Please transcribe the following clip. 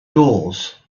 doors